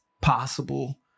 possible